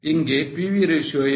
இங்கே PV ratio என்ன